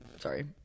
Sorry